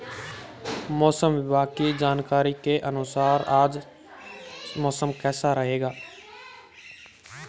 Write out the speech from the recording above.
मौसम विभाग की जानकारी के अनुसार आज मौसम कैसा रहेगा?